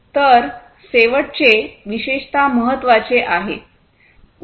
तर शेवटचे विशेषतः महत्वाचे आहे